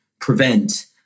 prevent